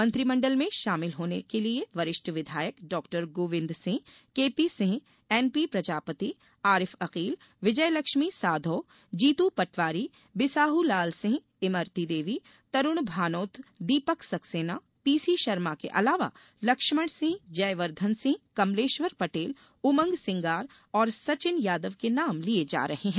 मंत्रिमंडल में शामिल होने के लिये वरिष्ठ विधायक doctor Govind Singh KP Singh NP Prajapati Arif Akeel Vijayalakshmi Sadhau Jitu Patwari Bisahulal Singh Imarti Devi Tarun Bhanot Deepak Saxena PC Sharma के अलावा लक्ष्मण सिंह जयवर्धन सिंह कमलेश्वर पटेल उमंग सिंगार और सचिन यादव के नाम लिये जा रहे हैं